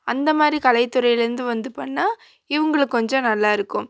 அந்தமாதிரி கலைத்துறையிலேருந்து வந்து பண்ணால் இவங்குளுக்கு கொஞ்சம் நல்லாருக்கும்